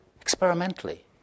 experimentally